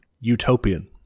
utopian